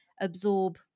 absorb